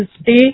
stay